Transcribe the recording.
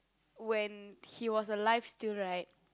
when he was alive still right